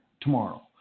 tomorrow